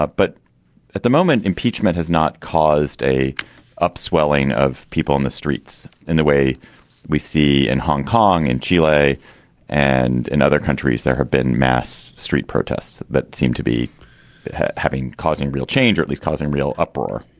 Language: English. but at the moment impeachment has not caused a up swelling of people in the streets in the way we see in hong kong and chile and in other countries there have been mass street protests that seem to be having causing real change or at least causing real uproar